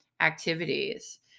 activities